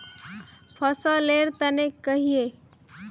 फसल लेर तने कहिए?